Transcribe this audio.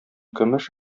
көмеш